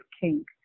king